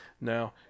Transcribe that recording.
Now